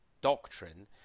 doctrine